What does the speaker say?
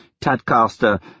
Tadcaster